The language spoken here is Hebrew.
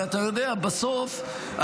הרי אתה יודע, בסוף,